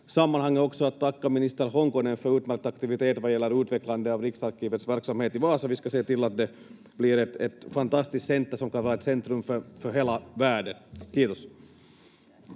sammanhanget också tacka minister Honkonen för utmärkt aktivitet gällande utvecklandet av Riksarkivets verksamhet i Vasa. Vi ska se till att det blir ett fantastiskt center som kan vara ett centrum för hela världen. — Kiitos.